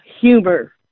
humor